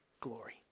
glory